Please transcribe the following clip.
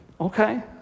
Okay